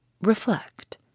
reflect